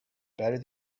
better